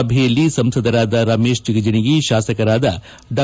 ಸಭೆಯಲ್ಲಿ ಸಂಸದರಾದ ರಮೇಶ್ ಜಿಗಜಿಣಗಿ ಶಾಸಕರಾದ ಡಾ